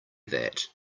that